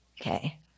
Okay